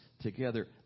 together